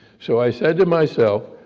so i said to myself,